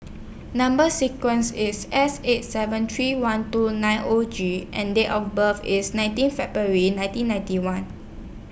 Number sequence IS S eight seven three one two nine O G and Date of birth IS nineteen February nineteen ninety one